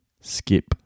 skip